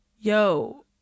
yo